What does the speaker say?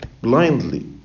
blindly